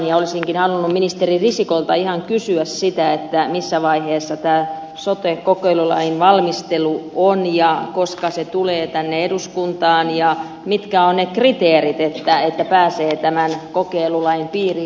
ja olisikin halunnut ministeri risikolta ihan kysyä sitä missä vaiheessa tämä sote kokeilulain valmistelu on ja koska se tulee tänne eduskuntaan ja mitkä ovat ne kriteerit että pääsee tämän kokeilulain piiriin